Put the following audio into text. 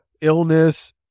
illness